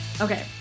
Okay